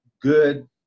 good